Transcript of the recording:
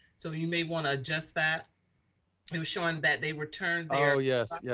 so you may wanna adjust that it was showing that they returned there. yes, yeah